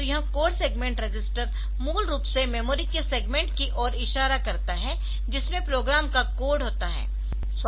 तो यह code segment register मूल रूप से मेमोरी के सेगमेंट की ओर इशारा करता है जिसमें प्रोग्राम का कोड होता है